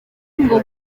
ngo